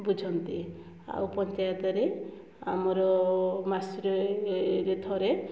ବୁଝନ୍ତି ଆଉ ପଞ୍ଚାୟତରେ ଆମର ମାସରେ ଥରେ